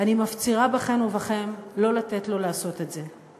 אני מפצירה בכם ובכן לא לתת לו לעשות את זה.